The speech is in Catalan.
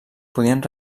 podien